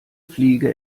fliege